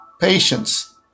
patience